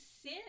sin